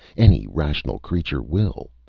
any rational creature will!